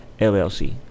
LLC